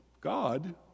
God